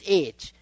age